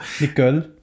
Nicole